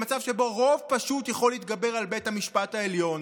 למצב שרוב פשוט יכול להתגבר על בית המשפט העליון,